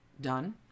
done